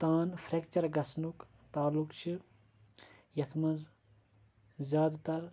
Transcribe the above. تام فریٚکچَر گژھنُک تَعلُق چھِ یتھ منٛز زیادٕ تَر